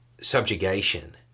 subjugation